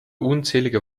unzählige